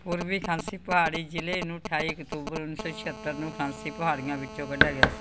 ਪੂਰਬੀ ਖਾਸੀ ਪਹਾੜੀ ਜ਼ਿਲ੍ਹੇ ਨੂੰ ਅਠਾਈ ਅਕਤੂਬਰ ਉੱਨੀ ਸੌ ਛਿਅੱਤਰ ਨੂੰ ਖਾਸੀ ਪਹਾੜੀਆਂ ਵਿੱਚੋਂ ਕੱਢਿਆ ਗਿਆ ਸੀ